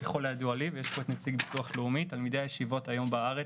ככל הידוע לי ונמצא פה נציג ביטוח לאומי תלמידי הישיבות היום בארץ